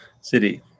City